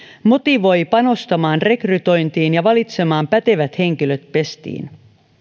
motivoi panostamaan rekrytointiin ja valitsemaan pätevät henkilöt pestiin